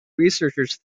researchers